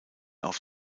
auf